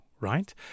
right